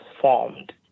formed